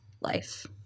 life